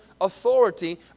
authority